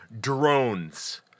Drones